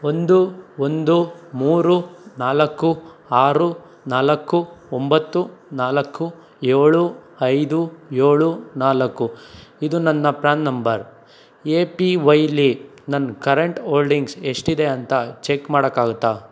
ಒಂದು ಒಂದು ಮೂರು ನಾಲ್ಕು ಆರು ನಾಲ್ಕು ಒಂಬತ್ತು ನಾಲ್ಕು ಏಳು ಐದು ಏಳು ನಾಲ್ಕು ಇದು ನನ್ನ ಪ್ಯಾನ್ ನಂಬರ್ ಎ ಪಿ ವೈಲ್ಲಿ ನನ್ನ ಕರೆಂಟ್ ಓಲ್ಡಿಂಗ್ಸ್ ಎಷ್ಟಿದೆ ಅಂತ ಚೆಕ್ ಮಾಡೋಕಾಗುತ್ತಾ